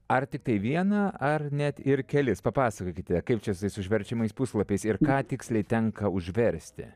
ar tiktai vieną ar net ir kelis papasakokite kaip čia tais užverčiamais puslapiais ir ką tiksliai tenka užversti